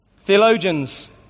Theologians